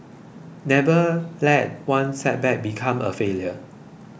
never let one setback become a failure